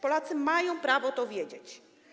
Polacy mają prawo to wiedzieć.